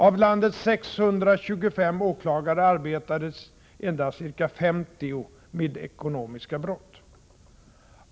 —- Av landets 625 åklagare arbetade endast ca 50 med ekonomiska brott.